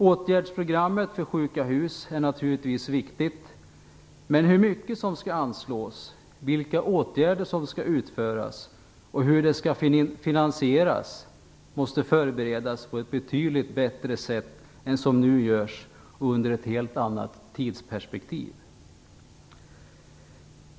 Åtgärdsprogrammet för sjuka hus är naturligtvis viktigt, men hur mycket som skall anslås, vilka åtgärder som skall utföras och hur de skall finansieras måste förberedas på ett betydligt bättre sätt än som nu görs och under ett helt annat tidsperspektiv.